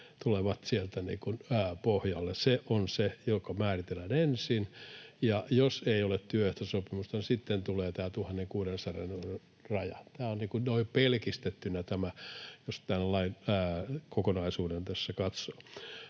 tulevat sieltä pohjalle. Se on se, joka määritellään ensin. Ja jos ei ole työehtosopimusta, sitten tulee tämä 1 600 euron raja. Tämä on noin pelkistettynä tämä, jos tämän lain kokonaisuuden tässä katsoo.